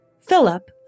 Philip